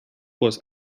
was